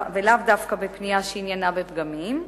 ולאו דווקא פנייה שעניינה בפגמים.